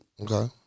Okay